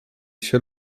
się